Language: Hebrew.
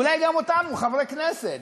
אולי גם אותנו, חברי הכנסת,